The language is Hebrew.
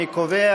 אני קובע